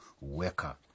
worker